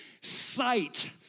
sight